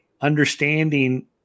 understanding